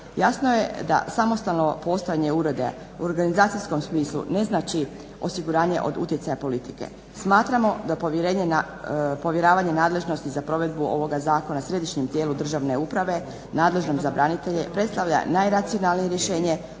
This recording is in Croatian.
jasno je da samostalno postojanje ureda u organizacijskom smislu ne znači osiguranje od utjecaja politike. Smatramo da povjeravanje nadležnosti za provedbu ovoga zakona Središnjem tijelu državne uprave nadležnom za branitelje predstavlja najracionalnije rješenje